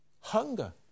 hunger